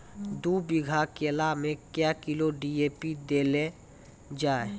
दू बीघा केला मैं क्या किलोग्राम डी.ए.पी देले जाय?